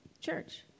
church